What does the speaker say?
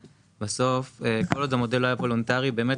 בסוף כל עוד המודל לא היה וולונטרי באמת